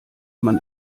man